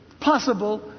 possible